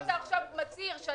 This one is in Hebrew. יש לנו פה נזק מתמשך.